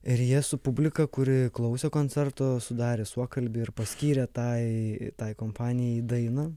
ir jie su publika kuri klausė koncerto sudarė suokalbį ir paskyrė tai tai kompanijai dainą